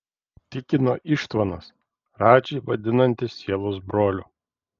tikino ištvanas radžį vadinantis sielos broliu